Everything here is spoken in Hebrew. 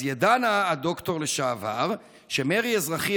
אז ידע נא הדוקטור לשעבר שמרי אזרחי,